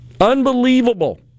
Unbelievable